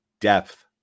depth